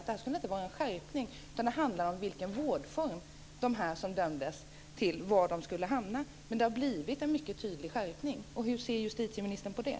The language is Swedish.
Det skulle inte vara en skärpning utan det handlade om vårdform, om var de som dömdes skulle hamna. Men det har blivit en mycket tydlig skärpning. Hur ser justitieministern på det?